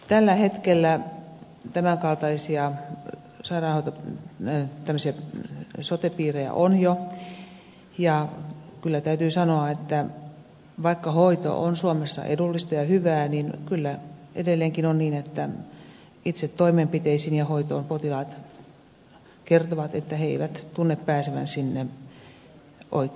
tällä hetkellä tämän kaltaisia sote piirejä on jo ja kyllä täytyy sanoa että vaikka hoito on suomessa edullista ja hyvää niin edelleenkin on niin että potilaat kertovat että he eivät tunne pääsevänsä itse toimenpiteisiin ja hoitoon oikein millään